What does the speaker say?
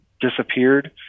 disappeared